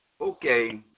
Okay